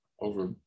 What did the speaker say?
over